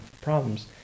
problems